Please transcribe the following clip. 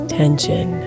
tension